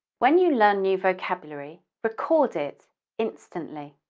when you learn new vocabulary, record it instantly.